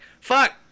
fuck